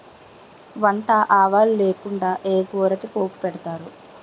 వంట ఆవాలు లేకుండా ఏ కూరకి పోపు పెట్టరు